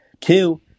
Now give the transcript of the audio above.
Two